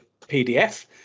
PDF